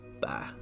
Bye